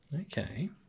Okay